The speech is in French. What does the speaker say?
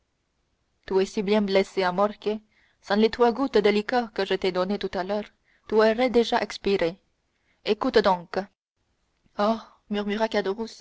tu es si bien blessé à mort que sans les trois gouttes de liqueur que je t'ai données tout à l'heure tu aurais déjà expiré écoute donc